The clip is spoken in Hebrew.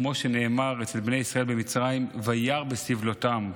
כמו שנאמר אצל בני ישראל במצרים: "וירא בסבלֹתם".